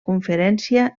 conferència